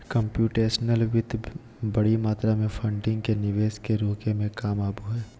computational वित्त बडी मात्रा में फंडिंग के निवेश के रोके में काम आबो हइ